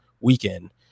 weekend